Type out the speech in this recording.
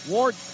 Ward